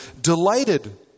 delighted